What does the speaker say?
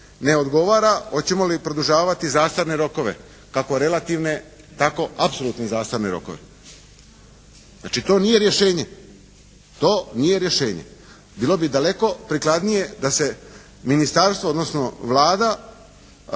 ne odgovara, hoćemo li produžavati zastarne rokove, kako relativne tako apsolutne zastarne rokove. Znači to nije rješenje. To nije rješenje. Bilo bi daleko prikladnije da se ministarstvo, odnosno Vlada